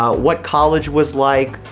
ah what college was like,